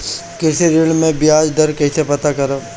कृषि ऋण में बयाज दर कइसे पता करब?